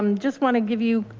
um just wanna give you,